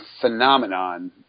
phenomenon –